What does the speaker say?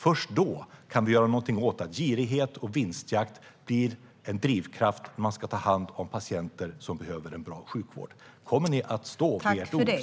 Först då kan vi göra någonting åt att girighet och vinstjakt blir en drivkraft. Man ska ta hand om patienter som behöver en bra sjukvård. Kommer ni att stå vid ert ord, Stefan Löfven?